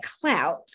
clout